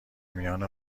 میان